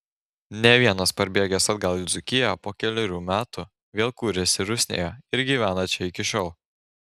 ne vienas parbėgęs atgal į dzūkiją po kelerių metų vėl kūrėsi rusnėje ir gyvena čia iki šiol